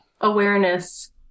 awareness